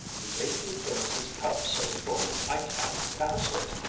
you made me fill this cup so full i can't pass it!